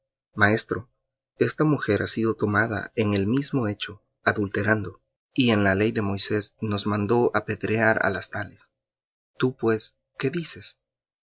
maestro esta mujer ha sido tomada en el mismo hecho adulterando y en la ley moisés nos mandó apedrear á las tales tú pues qué dices